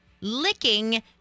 licking